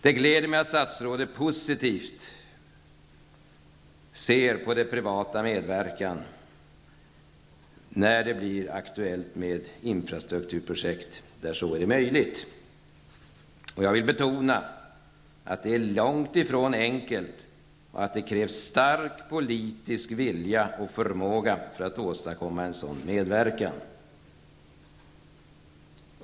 Det gläder mig att statsrådet ser positivt på en privat medverkan där så är möjligt när det blir aktuellt med infrastrukturprojekt. Jag vill betona att det är långt ifrån enkelt och att det krävs stark politisk vilja och förmåga för att åstadkomma en sådan medverkan.